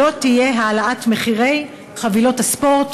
שלא תהיה העלאה של מחירי חבילות הספורט